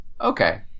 okay